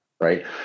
right